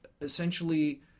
essentially